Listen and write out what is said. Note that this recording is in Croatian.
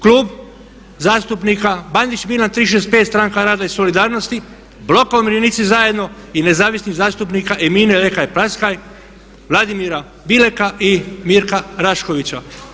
Klub zastupnika Bandić Milan 365 Stranka rada i solidarnosti, Bloka umirovljenici zajedno i nezavisnih zastupnika Ermine Lekaj Prljaskaj, Vladimira Bileka i Mirka Raškovića.